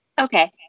Okay